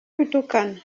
gutukana